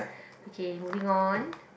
okay moving on